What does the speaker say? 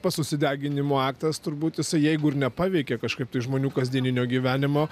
pats susideginimo aktas tur būt jisai jeigu ir nepaveikė kažkaip tai žmonių kasdieninio gyvenimo